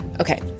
Okay